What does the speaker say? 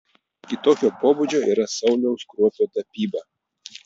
kitokio pobūdžio yra sauliaus kruopio tapyba